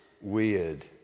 weird